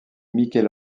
michel